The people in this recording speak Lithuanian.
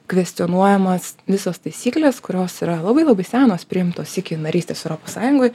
kvestionuojamas visos taisyklės kurios yra labai labai senos priimtos iki narystės europos sąjungoj